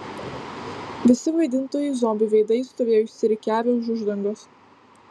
visi vaidintojai zombių veidais stovėjo išsirikiavę už uždangos